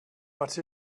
but